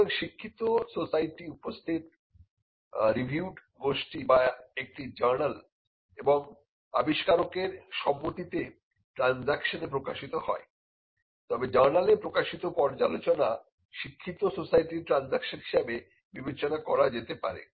সুতরাং শিক্ষিত সোসাইটি উপস্থিত রিভিউড গোষ্ঠী বা একটি জার্নাল এবং আবিষ্কারকের সম্মতিতে ট্রানজাকশনে প্রকাশিত হয় তবে জার্নালে প্রকাশিত পর্যালোচনা শিক্ষিত সোসাইটির ট্রানজাকশন হিসেবে বিবেচনা করা যেতে পারে